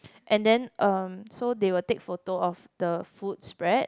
and then um so they will take photo of the food spread